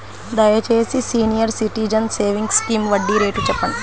దయచేసి senior citizens savings scheme వడ్డీ rate చెప్పండి